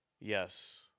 Yes